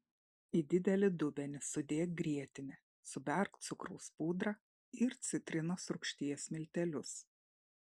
į didelį dubenį sudėk grietinę suberk cukraus pudrą ir citrinos rūgšties miltelius